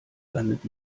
landet